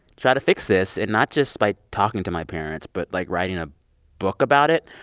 try to fix this and not just by talking to my parents but, like, writing a book about it.